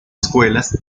escuelas